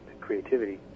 creativity